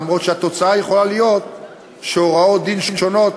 אף שהתוצאה יכולה להיות שהוראות דין שונות